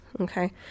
okay